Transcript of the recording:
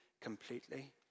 completely